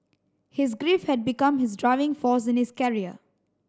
his grief had become his driving force in his career